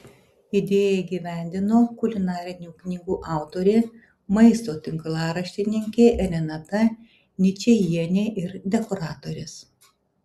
idėją įgyvendino kulinarinių knygų autorė maisto tinklaraštininkė renata ničajienė ir dekoratorės